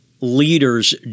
Leaders